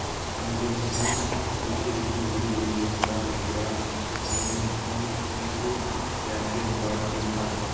ಅಂಗೂರ್ ಹಣ್ಣ್ ರುಚಿ ರುಚಿ ಹುಳಿ ಹುಳಿ ಇರ್ತವ್ ಇದ್ರಾಗ್ ನೀರಿನ್ ಅಂಶ್ ಇದ್ದು ಬ್ಯಾಸ್ಗ್ಯಾಗ್ ಭಾಳ್ ತಿಂತಾರ್